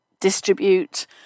distribute